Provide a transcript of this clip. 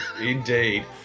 Indeed